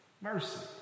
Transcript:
mercy